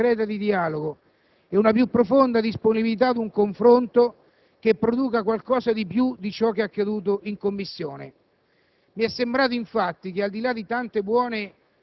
Mi auguro che maturi nella maggioranza una volontà concreta di dialogo e una più profonda disponibilità ad un confronto che produca qualcosa di più di ciò che è accaduto in Commissione.